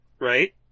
right